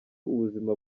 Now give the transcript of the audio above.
ubuzima